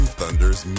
Thunders